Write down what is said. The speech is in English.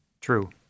True